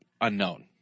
unknown